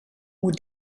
moet